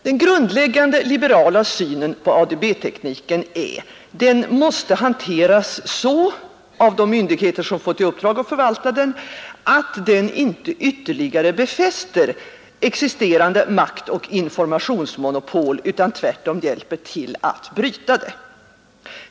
Den grundläggande liberala synen på ADB-tekniken är att den måste hanteras så, av de myndigheter som fått i uppdrag att förvalta den, att den inte ytterligare befäster existerande maktoch informationsmonopol utan tvärtom hjälper till att bryta det.